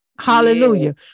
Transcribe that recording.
hallelujah